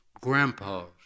grandpas